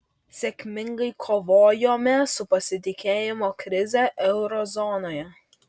sėkmingai kovojome su pasitikėjimo krize euro zonoje